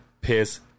piss